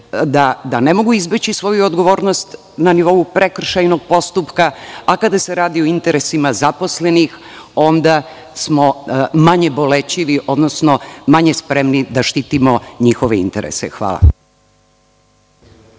da ne mogu izbeći svoju odgovornost na nivou prekršajnog postupka, a kada se radi o interesima zaposlenih, onda smo manje bolećivi, odnosno manje spremni da štitimo njihove interese. Hvala.